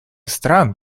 стран